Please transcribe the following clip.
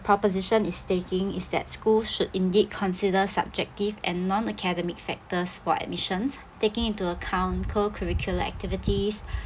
proposition is taking is that schools should indeed consider subjective and non-academic factors for admissions taking into account co-curricular activities